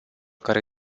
care